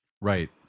Right